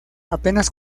apenas